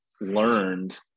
learned